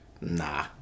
Nah